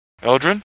Eldrin